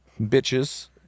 bitches